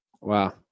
Wow